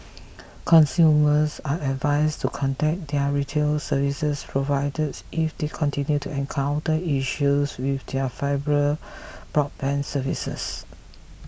consumers are advised to contact their retail service providers if they continue to encounter issues with their fibre broadband services